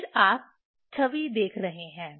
फिर आप छवि देख रहे हैं